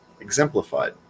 exemplified